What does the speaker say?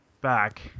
back